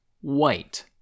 white